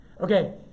Okay